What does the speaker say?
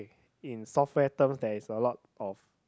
in software terms there is a lot of